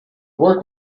work